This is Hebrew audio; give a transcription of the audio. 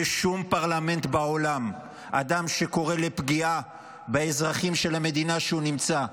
בשום פרלמנט בעולם אדם שקורא לפגיעה באזרחים של המדינה שהוא נמצא בה,